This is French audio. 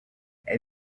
elle